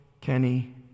Kenny